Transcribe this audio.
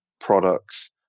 products